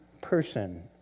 person